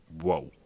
Whoa